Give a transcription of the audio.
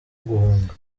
guhunga